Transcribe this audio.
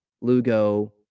Lugo